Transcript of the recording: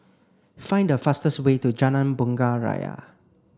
find the fastest way to Jalan Bunga Raya